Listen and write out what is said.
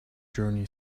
journey